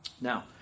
Now